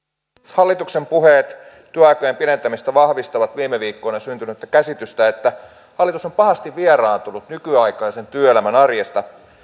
hallituksen puheet työaikojen pidentämisestä vahvistavat viime viikkoina syntynyttä käsitystä että hallitus on pahasti vieraantunut nykyaikaisen työelämän arjesta